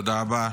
תודה רבה.